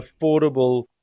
affordable